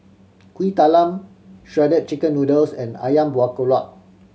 Kuih Talam Shredded Chicken Noodles and Ayam Buah Keluak